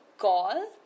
Call